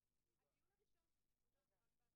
אני פה והדבר הזה חשוב לנו.